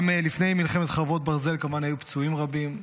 גם לפני מלחמת חרבות ברזל היו כמובן פצועים רבים.